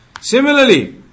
Similarly